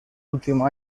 último